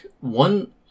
one